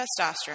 testosterone